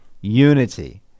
unity